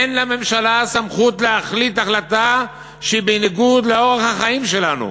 אין לממשלה סמכות להחליט החלטה שהיא בניגוד לאורח החיים שלנו.